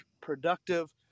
productive